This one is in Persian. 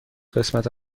قسمت